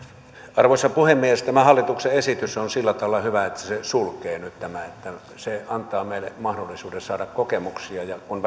arvoisa puhemies tämä hallituksen esitys on sillä tavalla hyvä että se se sulkee nyt tämän ja se antaa meille mahdollisuuden saada kokemuksia kun